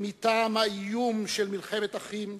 מטעם האיום של מלחמת אחים,